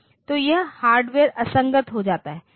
तो यह हार्डवेयर असंगत हो जाता है